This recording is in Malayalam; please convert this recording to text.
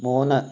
മൂന്ന്